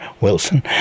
Wilson